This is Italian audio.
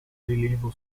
rilievo